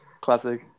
Classic